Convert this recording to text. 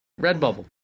redbubble